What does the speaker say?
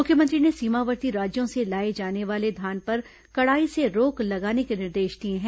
मुख्यमंत्री ने सीमावर्ती राज्यों से लाए जाने वाले धान पर कड़ाई से रोक लगाने के निर्देश दिए हैं